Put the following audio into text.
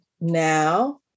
now